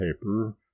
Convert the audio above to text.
paper